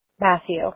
Matthew